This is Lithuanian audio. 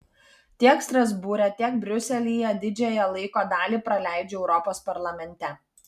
tiek strasbūre tiek briuselyje didžiąją laiko dalį praleidžiu europos parlamente